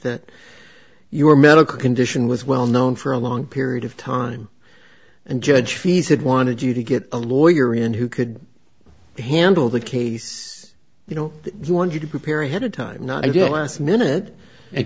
that your medical condition was well known for a long period of time and judge fee's had wanted you to get a lawyer in who could handle the case you know we want you to prepare ahead of time not ideal last minute and